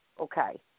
Okay